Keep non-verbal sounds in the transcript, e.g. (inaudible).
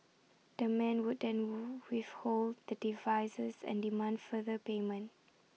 the men would then (noise) withhold the devices and demand further payment